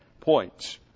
points